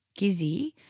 Gizzy